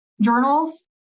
journals